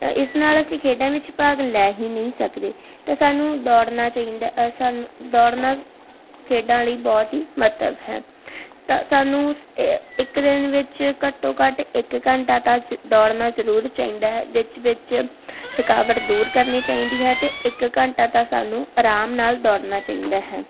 ਤਾਂ ਇਸ ਨਾਲ ਅਸੀਂ ਖੇਡਾਂ ਵਿੱਚ ਭਾਗ ਲੈ ਹੀ ਨਹੀਂ ਸਕਦੇ ਅਤੇ ਸਾਨੂੰ ਦੌੜਨਾ ਚਾਹੀਦਾ ਅ ਸਾਨੂੰ ਦੌੜਨਾ ਖੇਡਾਂ ਲਈ ਬਹੁਤ ਹੀ ਮਹੱਤਵ ਹੈ ਤਾਂ ਸਾਨੂੰ ਸ ਇੱਕ ਦਿਨ ਵਿੱਚ ਘੱਟੋ ਘੱਟ ਇੱਕ ਘੰਟਾ ਤਾਂ ਜ਼ ਦੌੜਨਾ ਜ਼ਰੂਰ ਚਾਹੀਦਾ ਵਿੱਚ ਵਿੱਚ ਥਕਾਵਟ ਦੂਰ ਕਰਨੀ ਚਾਹੀਦੀ ਹੈ ਅਤੇ ਇੱਕ ਘੰਟਾ ਤਾਂ ਸਾਨੂੰ ਆਰਾਮ ਨਾਲ ਦੌੜਨਾ ਚਾਹੀਦਾ ਹੈ